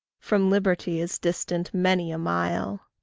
from liberty is distant many a mile.